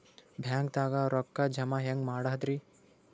ಬ್ಯಾಂಕ್ದಾಗ ರೊಕ್ಕ ಜಮ ಹೆಂಗ್ ಮಾಡದ್ರಿ?